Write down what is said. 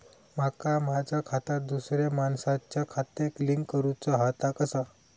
माका माझा खाता दुसऱ्या मानसाच्या खात्याक लिंक करूचा हा ता कसा?